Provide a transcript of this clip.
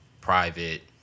private